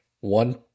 one